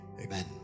Amen